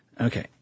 okay